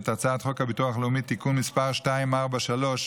את הצעת חוק הביטוח הלאומי (תיקון מס' 243),